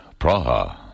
Praha